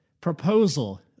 proposal